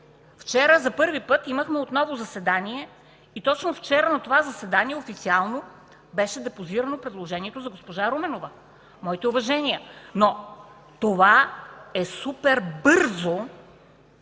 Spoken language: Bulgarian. Вчера за първи път имахме отново заседание и точно вчера на това заседание официално беше депозирано предложението за госпожа Руменова. Моите уважения, но това е супер бързо,